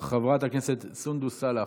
חברת הכנסת סונדוס סאלח,